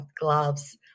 gloves